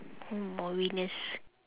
hmm or winners